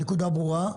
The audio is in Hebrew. הנקודה ברורה.